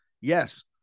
Yes